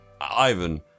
Ivan